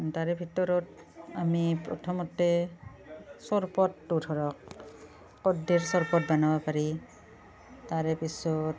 তাৰে ভিতৰত আমি প্ৰথমতে চৰবতটো ধৰক বনাব পাৰি তাৰে পিছত